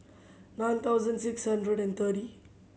nine thousand six hundred and thirty